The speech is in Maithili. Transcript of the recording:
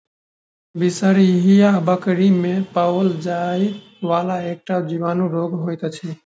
बिसरहिया बकरी मे पाओल जाइ वला एकटा जीवाणु रोग होइत अछि